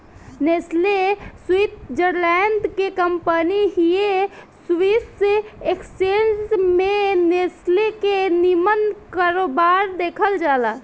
Nestle Switzerland के company हिय Swiss exchange में नेस्ले के निमन कारोबार देखल जाला